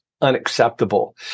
unacceptable